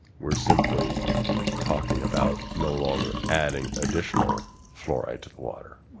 we are simply talking about no longer adding additional fluoride to the water,